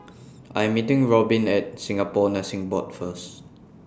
I Am meeting Robbin At Singapore Nursing Board First